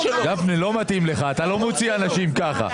גפני, לא מתאים לך, אתה לא מוציא אנשים ככה.